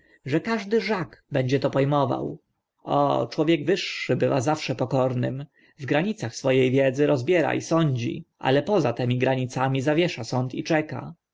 że każdy żak będzie to po mował o człowiek wyższy bywa zawsze pokornym w granicach swo e poeta czary wiedzy rozbiera i sądzi ale poza tymi granicami zawiesza sąd i czeka